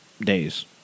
days